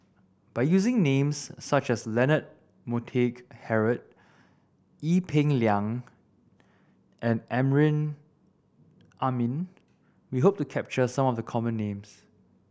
by using names such as Leonard Montague Harrod Ee Peng Liang and Amrin Amin we hope to capture some of the common names